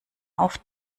auf